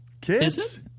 Kids